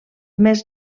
més